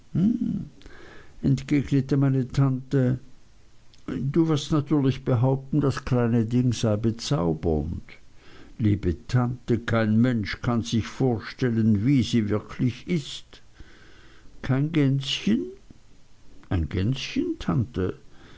entgegnete meine tante du wirst natürlich behaupten das kleine ding sei bezaubernd liebe tante kein mensch kann sich vorstellen wie sie wirklich ist kein gänschen ein gänschen tante